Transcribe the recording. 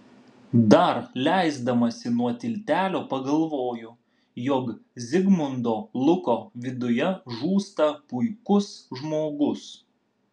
dar leisdamasi nuo tiltelio pagalvoju jog zigmundo luko viduje žūsta puikus žmogus